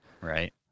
right